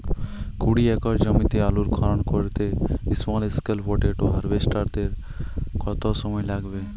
কুড়ি একর জমিতে আলুর খনন করতে স্মল স্কেল পটেটো হারভেস্টারের কত সময় লাগবে?